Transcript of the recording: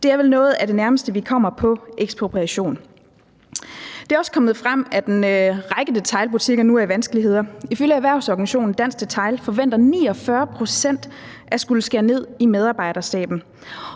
Det er vel noget af det nærmeste, vi kommer på ekspropriation. Det er også kommet frem, at en række detailbutikker nu er i vanskeligheder. Ifølge erhvervsorganisationen Dansk Detail forventer 49 pct. af butikkerne at skulle skære ned på medarbejderstaben.